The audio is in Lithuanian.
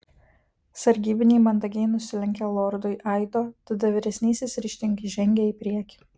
sargybiniai mandagiai nusilenkė lordui aido tada vyresnysis ryžtingai žengė į priekį